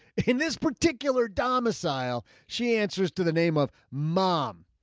in this particular domiciles, she answers to the name of mom.